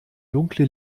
dunkle